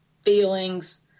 feelings